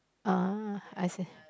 ah I say